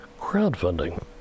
crowdfunding